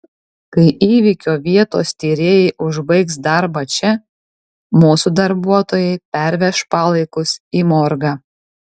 kai įvykio vietos tyrėjai užbaigs darbą čia mūsų darbuotojai perveš palaikus į morgą